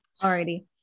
Alrighty